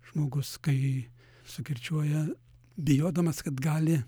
žmogus kai sukirčiuoja bijodamas kad gali